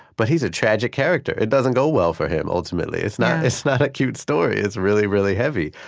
but he's a tragic character. it doesn't go well for him, ultimately. it's not it's not a cute story. it's really, really heavy.